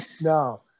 No